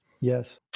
Yes